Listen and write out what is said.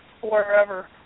wherever